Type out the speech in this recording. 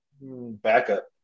backup